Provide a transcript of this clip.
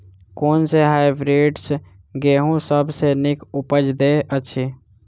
कुन सँ हायब्रिडस गेंहूँ सब सँ नीक उपज देय अछि?